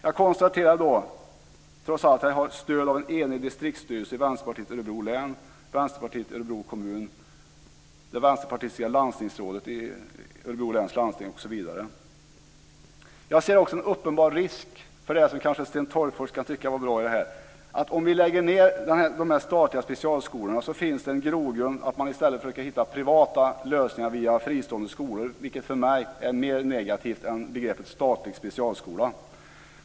Jag konstaterar trots allt att jag har stöd från en enig distriktsstyrelse i Vänsterpartiet i Jag ser också en uppenbar risk - Sten Tolgfors kan tycka att det är bra - att om vi lägger ned de statliga specialskolorna finns det en grogrund för att man i stället försöker hitta privata lösningar i form av fristående skolor, vilket för mig är mer negativt än en helt statlig specialskola.